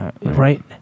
right